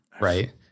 right